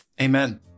Amen